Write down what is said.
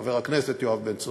חבר הכנסת יואב בן צור,